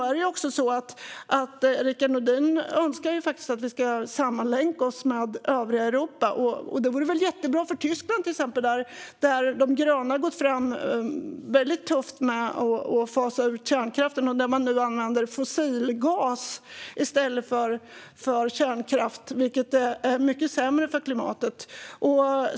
Rickard Nordin önskar att vi ska sammanlänka oss med övriga Europa, och det vore väl jättebra för till exempel Tyskland där de gröna har gått fram väldigt tufft med att fasa ut kärnkraften och man nu använder fossilgas i stället för kärnkraft, vilket är mycket sämre för klimatet.